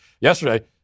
yesterday